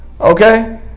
Okay